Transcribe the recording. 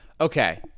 Okay